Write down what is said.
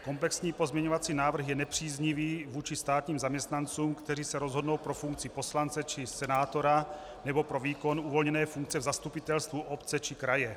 Komplexní pozměňovací návrh je nepříznivý vůči státním zaměstnancům, kteří se rozhodnou pro funkci poslance či senátora nebo pro výkon uvolněné funkce v zastupitelstvu obce či kraje.